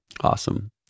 Awesome